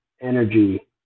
energy